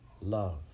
Love